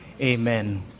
Amen